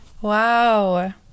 Wow